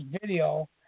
video